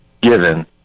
given